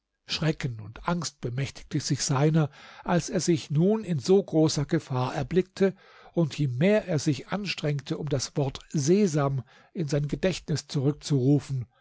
schrecken und angst bemächtigte sich seiner als er sich nun in so großer gefahr erblickte und je mehr er sich anstrengte um das wort sesam in sein gedächtnis zurückzurufen